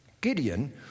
Gideon